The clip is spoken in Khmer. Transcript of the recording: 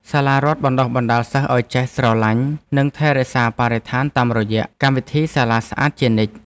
សាលារដ្ឋបណ្តុះបណ្តាលសិស្សឱ្យចេះស្រឡាញ់និងថែរក្សាបរិស្ថានតាមរយៈកម្មវិធីសាលាស្អាតជានិច្ច។